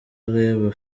areba